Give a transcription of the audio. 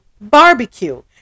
Barbecue